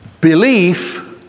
Belief